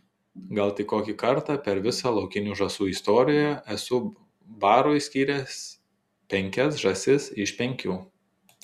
gal tik kokį kartą per visą laukinių žąsų istoriją esu barui skyręs penkias žąsis iš penkių